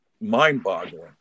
mind-boggling